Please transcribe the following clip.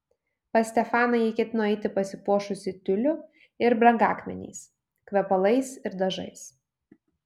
pas stefaną ji ketino eiti pasipuošusi tiuliu ir brangakmeniais kvepalais ir dažais